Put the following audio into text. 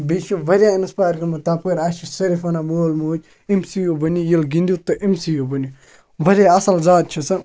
بیٚیہِ چھِ واریاہ اِنسپایَر گٔمٕژ تَپٲرۍ اَسہِ چھِ صرف وَنان مول موج أمۍسٕے ہیوٗ بَنہِ ییٚلہِ گِنٛدِو تہٕ أمۍسٕے ہیوٗ بٔنِو واریاہ اَصٕل زیادٕ چھِ سہ